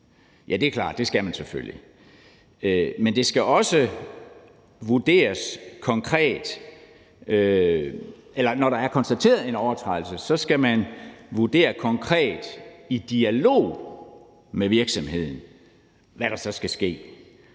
Ja, det er klart, det skal man selvfølgelig. Men når der er konstateret en overtrædelse, skal man vurdere konkret »i dialog« med virksomheden, hvad der så skal ske,